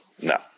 no